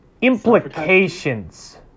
implications